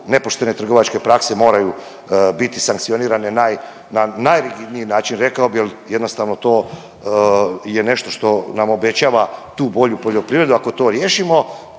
nepoštene trgovačke prakse moraju biti sankcionirane na najrigidniji način rekao bi jer jednostavno to je nešto što nam obećava tu bolju poljoprivredu ako to riješimo.